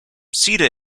sita